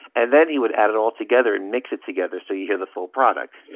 and then he would add it all together and mix it together. so you hear the full product.